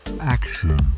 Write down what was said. action